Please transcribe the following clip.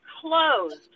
closed